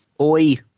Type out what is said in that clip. Oi